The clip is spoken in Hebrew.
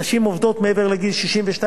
נשים עובדות מעבר ל-62,